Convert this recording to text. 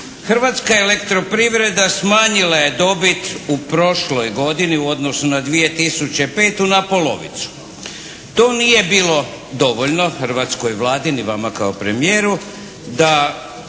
Hrvatska elektroprivreda smanjila je dobit u prošloj godini u odnosu na 2005. na polovicu. To nije bilo dovoljno hrvatskoj Vladi, ni vama kao premijeru da